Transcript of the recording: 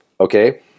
okay